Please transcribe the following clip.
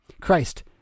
Christ